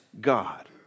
God